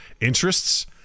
interests